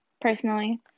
personally